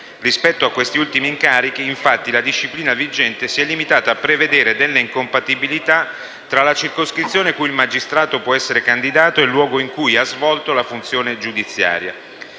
Rispetto a questi ultimi incarichi, infatti, la disciplina vigente si limitata a prevedere delle incompatibilità tra la circoscrizione in cui il magistrato può essere candidato e il luogo in cui ha svolto la funzione giudiziaria